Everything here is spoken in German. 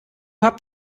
habt